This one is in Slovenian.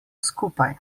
skupaj